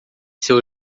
seu